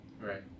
right